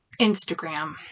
Instagram